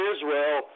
Israel